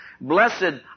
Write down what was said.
Blessed